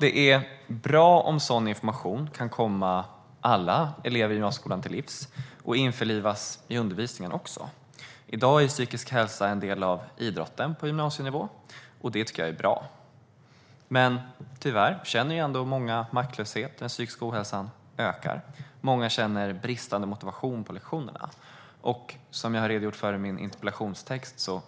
Det är bra om sådan information kan komma alla elever i skolan till del och även införlivas i undervisningen. I dag är psykisk hälsa en del av idrotten på gymnasienivå, och det tycker jag är bra. Men tyvärr känner många ändå maktlöshet, och den psykiska ohälsan ökar. Många känner bristande motivation på lektionerna. Och det finns, som jag har redogjort för i min interpellationstext, en